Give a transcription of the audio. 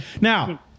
Now